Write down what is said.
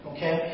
Okay